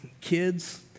kids